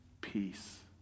peace